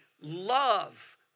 love